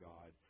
God